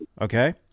okay